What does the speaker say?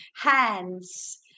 hands